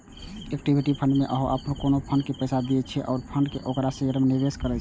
equity fund मे अहां कोनो फंड के पैसा दै छियै आ ओ फंड ओकरा शेयर मे निवेश करै छै